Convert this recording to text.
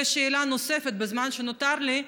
ושאלה נוספת בזמן שנותר לי: